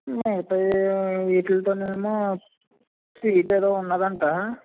మిగతా వీటితో ఏమో స్వీట్ ఏదో ఉన్నదంట